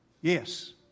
Yes